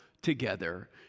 together